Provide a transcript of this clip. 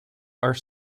are